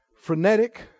frenetic